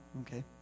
Okay